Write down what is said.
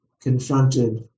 confronted